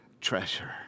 treasure